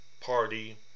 party